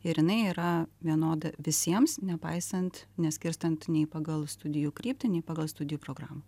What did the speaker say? ir jinai yra vienoda visiems nepaisant neskirstant nei pagal studijų kryptį nei pagal studijų programą